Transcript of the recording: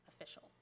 official